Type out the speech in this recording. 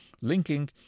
linking